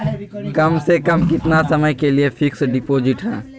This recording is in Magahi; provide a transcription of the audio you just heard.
कम से कम कितना समय के लिए फिक्स डिपोजिट है?